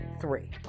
three